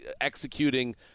executing